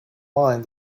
mind